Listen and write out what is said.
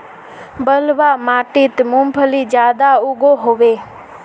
बलवाह माटित मूंगफली ज्यादा उगो होबे?